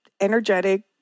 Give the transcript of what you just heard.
energetic